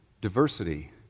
diversity